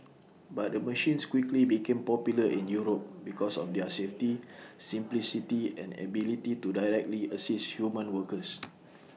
but the machines quickly became popular in Europe because of their safety simplicity and ability to directly assist human workers